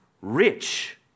rich